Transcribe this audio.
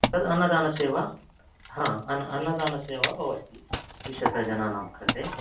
तद् अन्नदानसेवा हा अन्नदानसेवा भवति द्विशतजनानां कृते